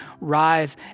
rise